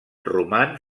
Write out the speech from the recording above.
roman